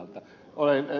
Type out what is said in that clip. olen ed